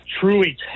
truly